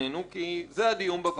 כי זה הדיון בוועדה,